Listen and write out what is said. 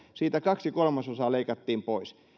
siitä kaksi kolmasosaa leikattiin pois